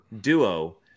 duo